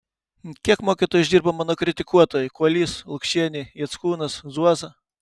kiek mokytoju išdirbo mano kritikuotojai kuolys lukšienė jackūnas zuoza